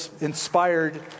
inspired